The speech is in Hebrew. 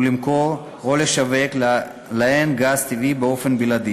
למכור או לשווק להן גז טבעי באופן בלעדי,